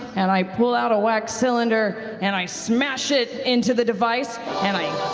and i pull out a wax cylinder, and i smash it into the device and i